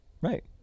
Right